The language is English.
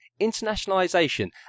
internationalization